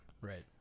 Right